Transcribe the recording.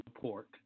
pork